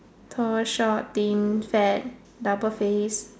tall short thin fat double face